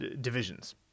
divisions